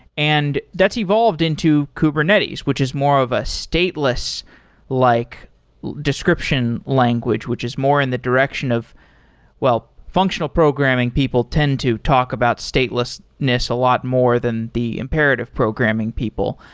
and that's evolved into kubernetes, which is more of a stateless-like like description language, which is more in the direction of well, functional programming people tend to talk about statelessness a lot more than the imperative programming people.